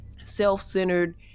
self-centered